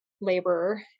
laborer